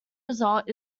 result